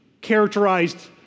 characterized